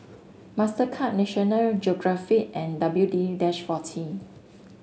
Mastercard National Geographic and W D dash forty